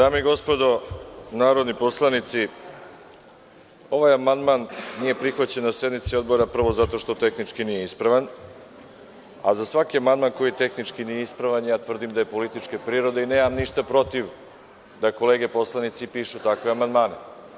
Dame i gospodo narodni poslanici, ovaj amandman nije prihvaćen na sednici Odbora prvo zato što tehnički nije ispravan, a za svaki amandman koji tehnički nije ispravan ja tvrdim da je političke prirode i nemam ništa protiv da kolege poslanici pišu takve amandmane.